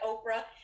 Oprah